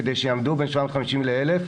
כדי שיעמדו בין 750 ל-1,000.